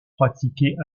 pratiqués